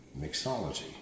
mixology